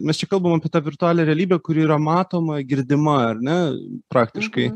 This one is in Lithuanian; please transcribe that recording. mes čia kalbam apie tą virtualią realybę kuri yra matoma girdima ar ne praktiškai